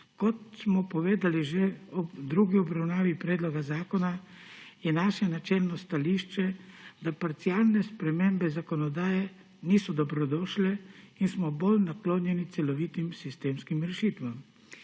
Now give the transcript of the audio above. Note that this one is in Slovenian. Kot smo povedali že v drugi obravnavi predloga zakona, je naše načelno stališče, da parcialne spremembe zakonodaje niso dobrodošle in smo bolj naklonjeni celovitim sistemskim rešitvam,